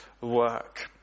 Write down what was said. work